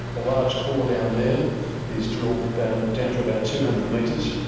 the large core down there is drilled down down to about two hundred metres,